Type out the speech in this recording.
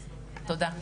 תודה.